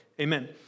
amen